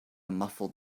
muffled